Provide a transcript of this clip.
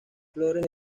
flores